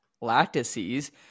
lattices